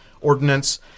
ordinance